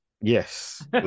yes